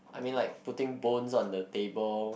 I mean like putting bones on the table